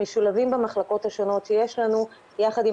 משולבים במחלקות השונות שיש לנו יחד עם